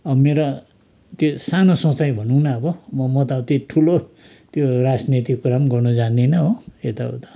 मेरो त्यो सानो सोचाइ भनौँ न अब म म त त्यो ठुलो त्यो राजनीति कुरा पनि गर्नु जान्दिन हो यता उता